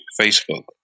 Facebook